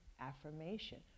affirmation